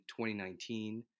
2019